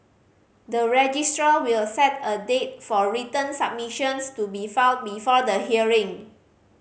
the registrar will set a date for written submissions to be filed before the hearing